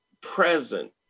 present